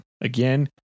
Again